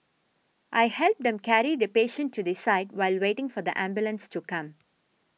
I helped them carry the patient to the side while waiting for the ambulance to come